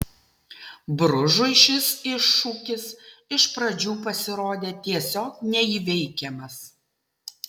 bružui šis iššūkis iš pradžių pasirodė tiesiog neįveikiamas